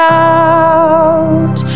out